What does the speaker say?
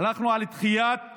הלכנו על דחיית